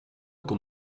qu’on